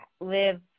live